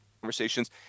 conversations